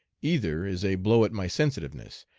either is a blow at my sensitiveness,